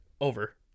over